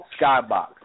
Skybox